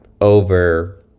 over